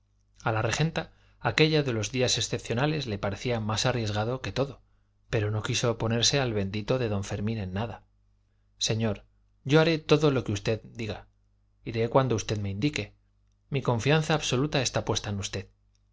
a la regenta aquello de los días excepcionales le parecía más arriesgado que todo pero no quiso oponerse al bendito don fermín en nada señor yo haré todo lo que usted diga iré cuando usted me indique mi confianza absoluta está puesta en usted